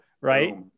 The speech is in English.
Right